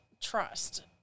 trust